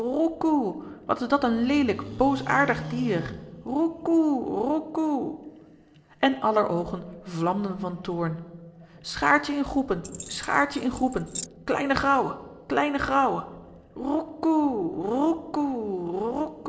wat is dat een leelijk boosaardig dier roekoe roekoe en aller oogen vlamden van toorn schaart je in groepen schaart je in groepen kleine grauwe kleine grauwe